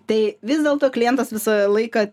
tai vis dėlto klientas visą laiką